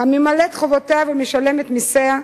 הממלאת את חובותיה ומשלמת את מסיה,